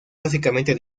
básicamente